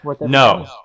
no